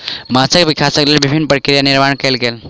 माँछक विकासक लेल विभिन्न प्रक्रिया निर्माण कयल गेल